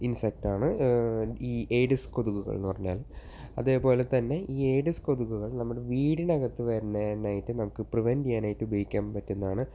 insect ആണ് ഈ Aedes കൊതുകുകൾ എന്നുപറഞ്ഞാൽ അതേപോലെതന്നെ ഈ ഏഡിസ് കൊതുകുകൾ നമ്മുടെ വീടിൻ്റെ അകത്ത് വരുന്നതിനായിട്ട് നമുക്ക് പ്രിവൻറ്റ് ചെയ്യാനായിട്ട് നമുക്ക് ഉപയോഗിക്കാൻ പറ്റുന്നതാണ്